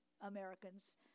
Americans